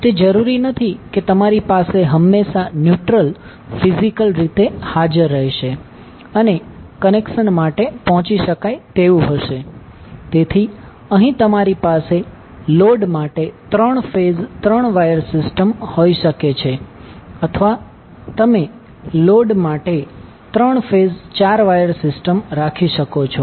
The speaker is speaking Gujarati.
તે જરૂરી નથી કે તમારી પાસે હંમેશા ન્યુટ્રલ ફિઝિકલ રીતે હાજર રહેશે અને કનેક્શન માટે પહોંચી શકાય તેવું હશે તેથી અહીં તમારી પાસે લોડ માટે 3 ફેઝ 3 વાયર સિસ્ટમ હોઈ શકે છે અથવા તમે લોડ માટે 3 ફેઝ 4 વાયર સિસ્ટમ રાખી શકો છો